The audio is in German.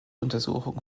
untersuchung